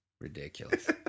Ridiculous